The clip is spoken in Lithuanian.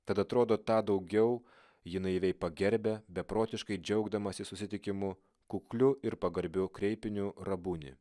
tad atrodo tą daugiau ji naiviai pagerbia beprotiškai džiaugdamasi susitikimu kukliu ir pagarbiu kreipiniu rabuni